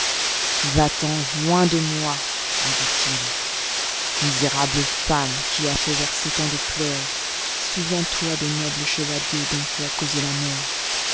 va-t'en loin de moi lui dit-il misérable femme qui as fait verser tant de pleurs souviens-toi des nobles ciievaliers dont tu as causé la mort